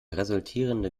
resultierende